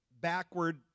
backward